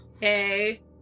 Hey